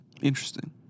Interesting